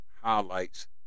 highlights